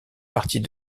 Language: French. partie